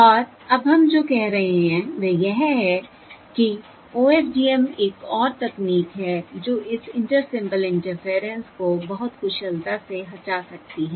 और अब हम जो कह रहे हैं वह यह है कि OFDM एक और तकनीक है जो इस इंटर सिंबल इंटरफेयरेंस को बहुत कुशलता से हटा सकती है